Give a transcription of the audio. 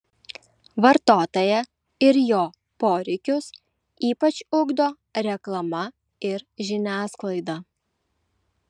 vartotoją ir jo poreikius ypač ugdo reklama ir žiniasklaida